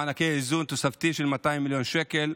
תקציב תוספתי של מענקי איזון של 200 מיליון שקל,